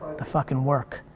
the fuckin' work,